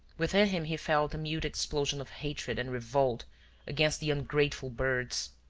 within him he felt a mute explosion of hatred and revolt against the ungrateful birds.